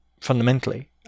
fundamentally